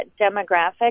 demographic